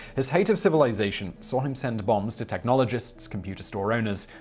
his hate of civilization saw him send bombs to technologists, computer store owners,